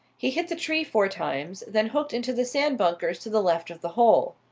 he hit the tree four times, then hooked into the sand-bunkers to the left of the hole.